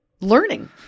learning